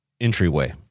entryway